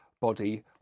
body